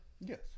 Yes